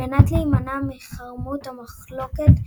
על מנת להימנע מחרמות או מחלוקות,